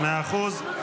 מאה אחוז.